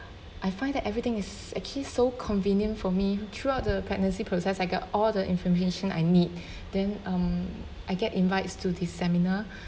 I find that everything is actually so convenient for me throughout the pregnancy process I got all the information I need then um I get invites to the seminar